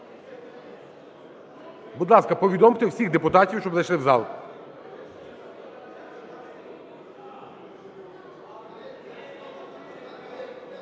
Будь ласка, повідомте всіх депутатів, щоб зайшли в зал.